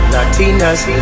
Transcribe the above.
Latinas